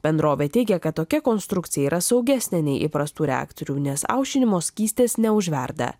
bendrovė teigia kad tokia konstrukcija yra saugesnė nei įprastų reaktorių nes aušinimo skystis neužverda